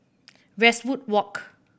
Westwood Walk